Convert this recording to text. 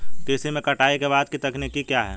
कृषि में कटाई के बाद की तकनीक क्या है?